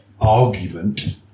argument